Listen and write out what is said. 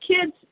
kids